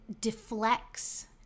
deflects